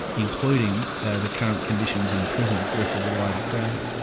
including the current conditions in prisons referable to overcrowding.